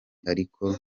ariko